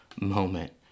moment